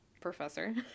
professor